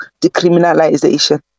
decriminalization